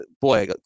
boy